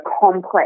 complex